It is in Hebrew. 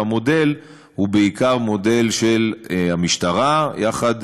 והמודל הוא בעיקר מודל של המשטרה יחד,